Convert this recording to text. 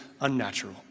unnatural